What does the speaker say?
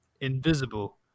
invisible